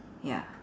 ya